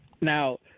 Now